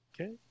okay